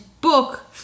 book